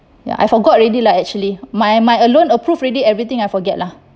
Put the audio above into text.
ya I forgot already lah actually my my uh loan approved already everything I forget lah